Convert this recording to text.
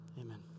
Amen